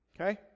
Okay